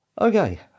Okay